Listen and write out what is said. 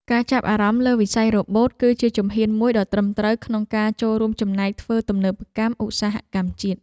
ការចាប់អារម្មណ៍លើវិស័យរ៉ូបូត គឺជាជំហានមួយដ៏ត្រឹមត្រូវក្នុងការចូលរួមចំណែកធ្វើទំនើបកម្មឧស្សាហកម្មជាតិ។